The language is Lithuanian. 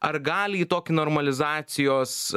ar gali į tokį normalizacijos